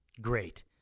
Great